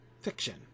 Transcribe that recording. fiction